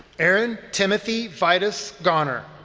aaron timothy vitus gonner,